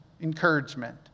encouragement